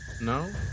No